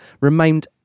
remained